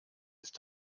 ist